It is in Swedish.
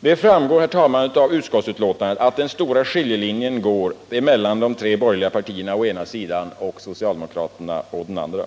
Det framgår av utskottsbetänkandet att den stora skiljelinjen går mellan de tre borgerliga partierna å ena sidan och socialdemokraterna å andra sidan.